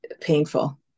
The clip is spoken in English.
painful